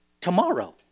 tomorrow